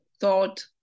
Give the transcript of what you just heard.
thought